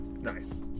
Nice